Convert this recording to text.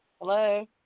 Hello